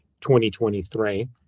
2023